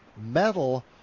metal